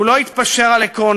הוא לא התפשר על עקרונות,